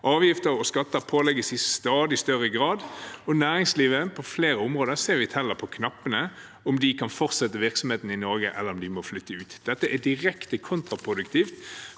Avgifter og skatter pålegges i stadig større grad, og vi ser at næringslivet på flere områder teller på knappene om de kan fortsette virksomheten i Norge, eller om de må flytte ut. Dette er direkte kontraproduktivt